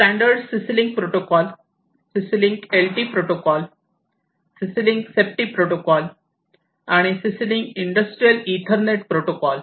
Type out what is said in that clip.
standard CC link protocol CC link LT protocol CC link safety protocol आणि CC link industrial ethernet protocol